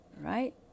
Right